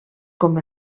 com